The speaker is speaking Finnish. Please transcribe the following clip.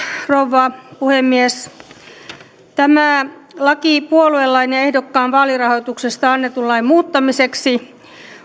rouva puhemies tämä laki puoluelain ja ehdokkaan vaalirahoituksesta annetun lain muuttamiseksi